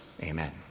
amen